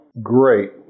great